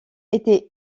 était